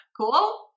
Cool